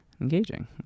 engaging